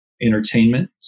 entertainment